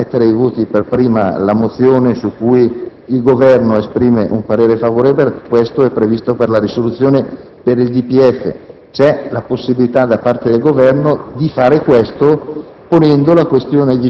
rispetto al mettere ai voti per prima la mozione su cui il Governo esprime un parere favorevole: questo è previsto per le risoluzioni sul DPEF. C'è la possibilità da parte del Governo di arrivare a questo